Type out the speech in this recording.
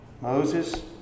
Moses